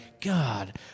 God